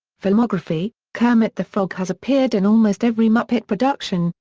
filmography kermit the frog has appeared in almost every muppet production,